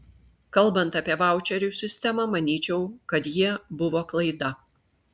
kalbant apie vaučerių sistemą manyčiau kad jie buvo klaida